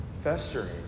festering